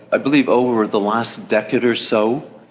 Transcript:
i believe over the last decade or so,